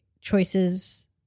choices